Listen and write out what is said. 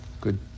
good